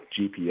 GPS